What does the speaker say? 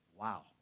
Wow